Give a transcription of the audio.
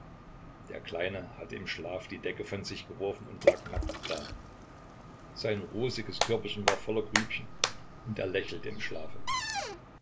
der kleine hatte im schlaf die decke von sich geworfen und lag nackt da sein rosiges körperchen war voller grübchen und er lächelte im schlafe